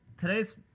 today's